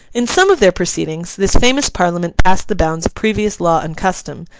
in some of their proceedings, this famous parliament passed the bounds of previous law and custom,